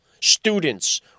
students